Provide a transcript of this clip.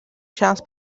şans